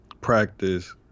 practice